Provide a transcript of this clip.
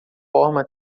forma